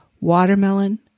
Watermelon